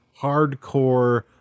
hardcore